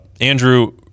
Andrew